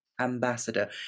ambassador